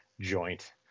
joint